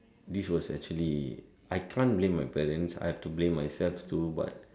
this was actually I can't blame my parents I have to blame myself too but